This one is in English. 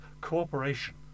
cooperation